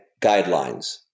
guidelines